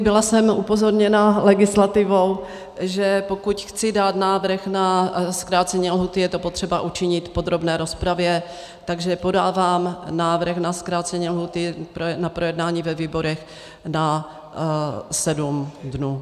Byla jsem upozorněna legislativou, že pokud chci dát návrh na zkrácení lhůty, je to potřeba učinit v podrobné rozpravě, takže podávám návrh na zkrácení lhůty na projednání ve výborech na sedm dnů.